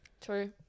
True